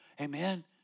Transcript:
Amen